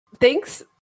thanks